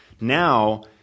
Now –